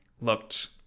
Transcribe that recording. looked